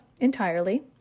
entirely